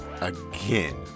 Again